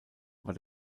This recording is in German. war